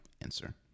answer